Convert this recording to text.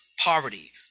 poverty